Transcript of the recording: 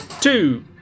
two